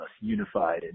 unified